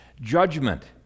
judgment